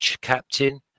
captain